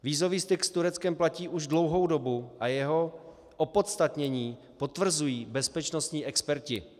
Vízový styk s Tureckem platí už dlouhou dobu a jeho opodstatnění potvrzují bezpečnostní experti.